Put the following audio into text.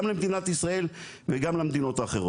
גם למדינת ישראל וגם למדינות האחרות.